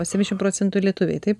o septyniadešim procentų lietuviai taip